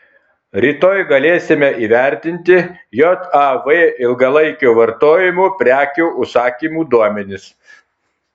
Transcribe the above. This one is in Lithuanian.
rytoj galėsime įvertinti jav ilgalaikio vartojimo prekių užsakymų duomenis